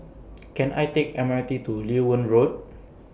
Can I Take M R T to Loewen Road